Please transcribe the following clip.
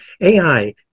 AI